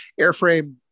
Airframe